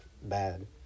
Bad